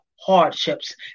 hardships